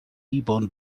bone